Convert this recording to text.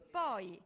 poi